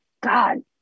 god